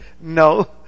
No